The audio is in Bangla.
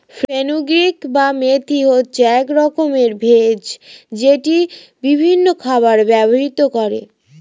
ফেনুগ্রীক বা মেথি হচ্ছে এক রকমের ভেষজ যেটি বিভিন্ন খাবারে ব্যবহৃত হয়